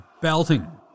belting